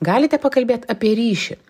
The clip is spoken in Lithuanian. galite pakalbėt apie ryšį